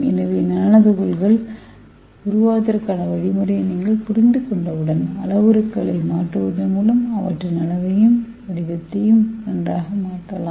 எனவே நானோ துகள்கள் உருவாவதற்கான வழிமுறையை நீங்கள் புரிந்துகொண்டவுடன் அளவுருக்களை மாற்றுவதன் மூலம் அவற்றின் அளவையும் வடிவத்தையும் நன்றாக மாற்றலாம்